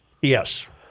Yes